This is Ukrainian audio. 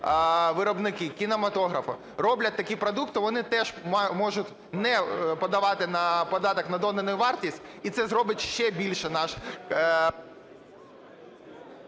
виробники кінематографу роблять такі продукти, вони теж можуть не подавати на податок на додану вартість. І це зробить ще більше наш